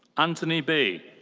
anthony be.